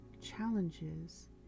challenges